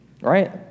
right